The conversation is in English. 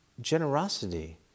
generosity